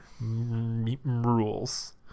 rules